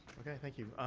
okay. thank you.